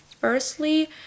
firstly